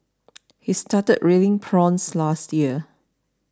he started rearing prawns last year